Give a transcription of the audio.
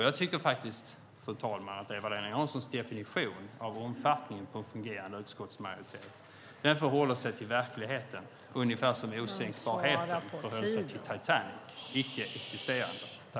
Jag tycker faktiskt, fru talman, att Eva-Lena Janssons definition av omfattningen på en fungerande utskottsmajoritet förhåller sig till verkligheten ungefär som osänkbarheten förhåller sig till Titanic - icke existerande.